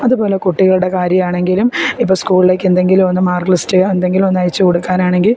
അതുപോലെ കുട്ടികളുടെ കാര്യം ആണെങ്കിലും ഇപ്പോൾ സ്കൂളിലേക്ക് എന്തെങ്കിലും ഒന്ന് മാർക്ക് ലിസ്റ്റ് എന്തെങ്കിലും ഒന്ന് അയച്ച് കൊടുക്കാനാണെങ്കിൽ